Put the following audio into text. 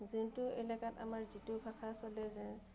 যোনটো এলেকাত আমাৰ যিটো ভাষা চলে যে